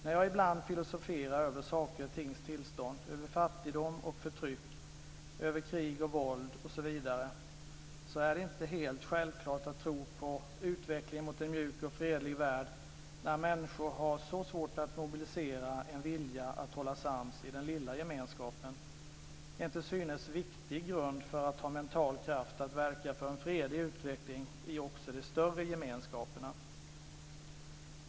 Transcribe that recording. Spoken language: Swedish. När jag ibland filosoferar över saker och tings tillstånd, över fattigdom och förtryck, över krig och våld osv., är det inte helt självklart att tro på utvecklingen mot en mjuk och fredlig värld när människor har så svårt att mobilisera en vilja att hålla sams i den lilla gemenskapen. Det är en till synes viktig grund för att ha mental kraft att verka för en fredlig utveckling också i de större gemenskaperna.